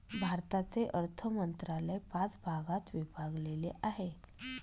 भारताचे अर्थ मंत्रालय पाच भागात विभागलेले आहे